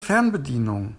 fernbedienung